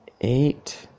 eight